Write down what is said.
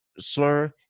slur